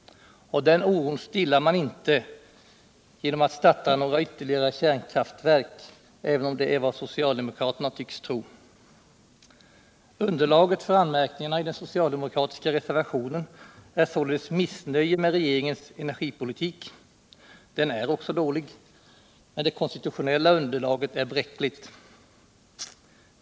Och den oron stillar man inte genom att starta några ytterligare kärnkraftverk, även om det är vad socialdemokraterna tycks tro. Underlaget för anmärkningarna i den socialdemokratiska reservationen är således missnöje med regeringens energipolitik — den är också dålig — men det konstitutionella underlaget är bräckligt.